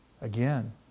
again